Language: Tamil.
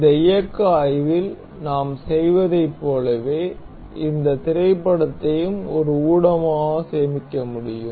இந்த இயக்க ஆய்வில் நாம் செய்ததைப் போலவே இந்த திரைப்படத்தையும் ஒரு ஊடகமாக சேமிக்க முடியும்